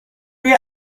روی